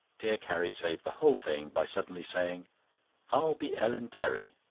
dear carrie saved the whole thing by suddenly saying i'll be ellen terry.